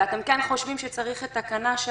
ואתם כן חושבים שצריך את תקנה 3,